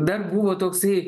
dar buvo toksai